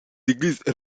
églises